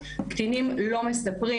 קטינים לא מספרים,